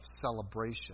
celebration